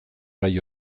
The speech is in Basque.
gai